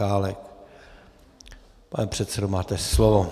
Pane předsedo, máte slovo.